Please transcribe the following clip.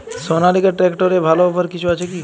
সনালিকা ট্রাক্টরে ভালো অফার কিছু আছে কি?